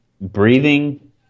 Breathing